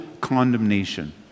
condemnation